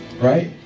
Right